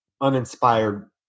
uninspired